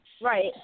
Right